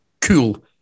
cool